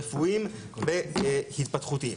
רפואיים והתפתחותיים.